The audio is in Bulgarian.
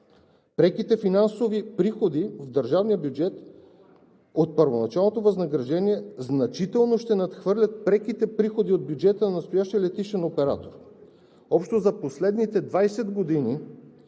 Преките финансови приходи в държавния бюджет от първоначалното възнаграждения значително ще надхвърлят преките приходи от бюджета на настоящия летищен оператор. Общо за последните 20 години